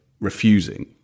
refusing